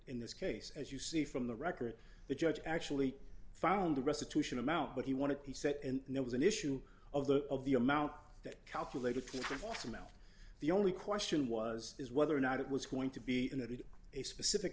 in this case as you see from the record the judge actually found a restitution amount what he wanted he said and there was an issue of the of the amount that calculated to force him out the only question was is whether or not it was going to be a specific